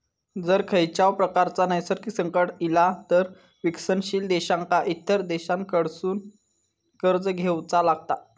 जर खंयच्याव प्रकारचा नैसर्गिक संकट इला तर विकसनशील देशांका इतर देशांकडसून कर्ज घेवचा लागता